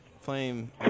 Flame